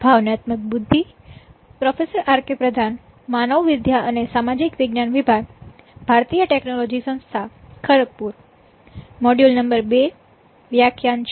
ફરીથી આપનું સ્વાગત છે